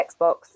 Xbox